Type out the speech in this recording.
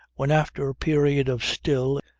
when after a period of still,